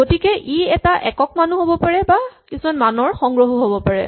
গতিকে ই এটা একক মানো হ'ব পাৰে বা মানৰ সংগ্ৰহো হ'ব পাৰে